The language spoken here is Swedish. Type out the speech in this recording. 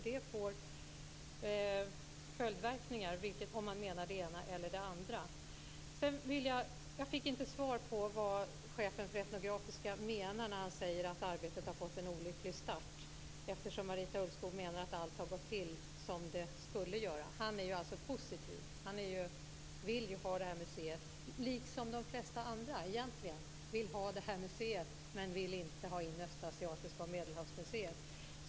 Det får följdverkningar om man menar det ena eller det andra. Jag fick inte svar på vad chefen för Etnografiska museet menar när han säger att arbetet har fått en olycklig start, eftersom Marita Ulvskog menar att allt har gått till som det skall göra. Han är positiv och vill ha museet, liksom egentligen de flesta andra. De vill ha museet, men de vill inte ha in Östasiatiska museet och Medelhavsmuseet i museet.